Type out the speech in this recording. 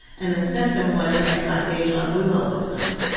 and the symptom was that i got deja vu all the time,